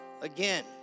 again